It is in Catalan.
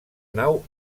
nau